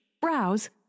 browse